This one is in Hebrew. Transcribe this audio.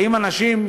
האם אנשים,